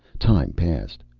time passed.